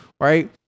right